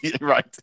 right